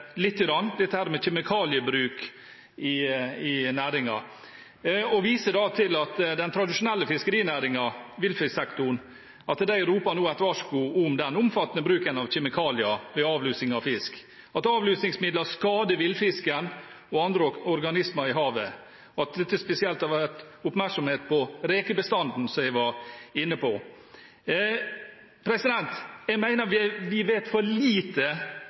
litt – dette med kjemikaliebruken i næringen. Jeg viser til at den tradisjonelle fiskerinæringen, villfisksektoren, nå roper et varsko om den omfattende bruken av kjemikalier ved avlusing av fisk, at avlusingsmidler skader villfisken og andre organismer i havet, og det har spesielt vært oppmerksomhet på rekebestanden, som jeg var inne på. Jeg mener at vi vet for lite